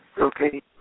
Okay